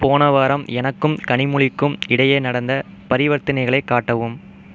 போன வாரம் எனக்கும் கனிமொழிக்கும் இடையே நடந்த பரிவர்த்தனைகளை காட்டவும்